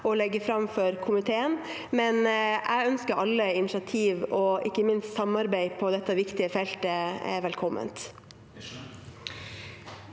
å legge fram for komiteen. Jeg ønsker alle initiativ og ikke minst alt samarbeid på dette viktige feltet velkommen.